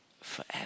forever